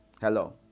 Hello